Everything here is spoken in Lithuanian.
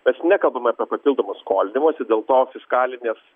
mes nekalbam apie papildomą skolinimosi dėl to fiskalinės